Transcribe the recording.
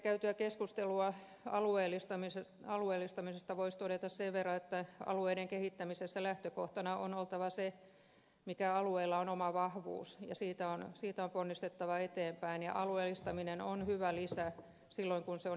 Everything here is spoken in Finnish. äsken käytyyn keskusteluun alueellistamisesta voisi todeta sen verran että alueiden kehittämisessä lähtökohtana on oltava se mikä alueella on oma vahvuus ja siitä on ponnistettava eteenpäin ja alueellistaminen on hyvä lisä silloin kun se on järkevää